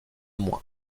moins